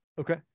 okay